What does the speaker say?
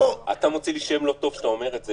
אתה מוציא לי שם לא טוב כשאתה אומר את זה,